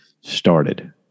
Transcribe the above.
started